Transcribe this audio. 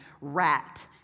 rat